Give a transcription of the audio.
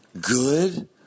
Good